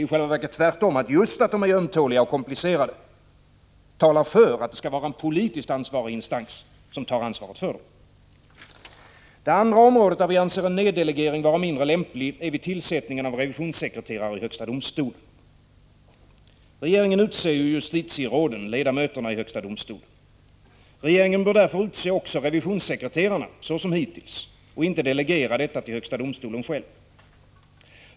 I själva verket är det tvärtom: Just detta att det rör sig om ömtåliga och komplicerade fall talar för att det skall vara en politiskt ansvarig instans som tar ansvaret för dem. Det andra område där vi anser en neddelegering vara mindre lämplig gäller tillsättning av revisionssekreterare i högsta domstolen. Regeringen utser justitieråden, ledamöterna i högsta domstolen. Regeringen bör därför utse också revisionssekreterarna, såsom hittills, och inte delegera detta till högsta domstolen själv.